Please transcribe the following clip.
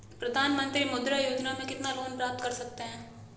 प्रधानमंत्री मुद्रा योजना में कितना लोंन प्राप्त कर सकते हैं?